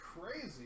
crazy